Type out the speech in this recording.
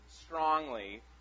strongly